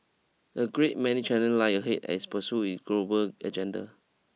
a great many challenge lie ahead as pursue it global agenda